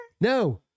No